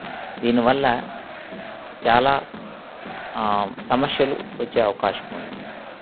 దీనివల్ల చాలా సమస్యలు వచ్చే అవకాశం ఉంది